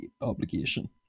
obligation